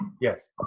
Yes